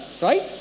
Right